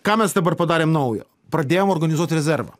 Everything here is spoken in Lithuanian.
ką mes dabar padarėm naujo pradėjom organizuoti rezervą